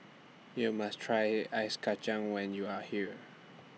YOU must Try An Ice Kachang when YOU Are here